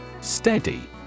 STEADY